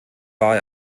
war